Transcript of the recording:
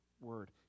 word